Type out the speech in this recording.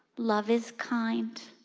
love is kind.